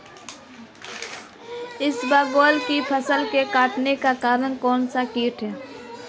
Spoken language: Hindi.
इसबगोल की फसल के कटने का कारण कौनसा कीट है?